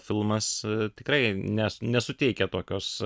filmas tikrai ne nesuteikia tokios